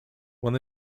when